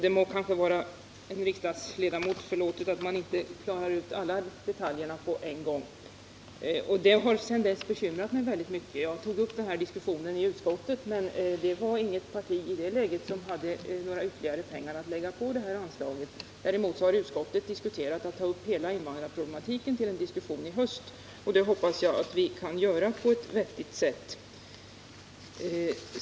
Det må kanske vara en riksdagsledamot förlåtet att man inte klarar ut alla detaljerna utan någon gång gör ett misstag. Detta har sedan dess bekymrat mig väldigt mycket. Jag tog upp diskussionen i utskottet, men inget parti hade i det läget ytterligare pengar att lägga på det här anslaget. Däremot har utskottet diskuterat att ta upp hela frågan om undervisningen för invandrarelever till en diskussion i höst, och det hoppas jag att vi kan göra på ett vettigt sätt.